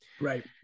right